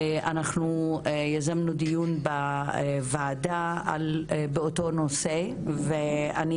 אנחנו יזמנו דיון בוועדה באותו הנושא ואני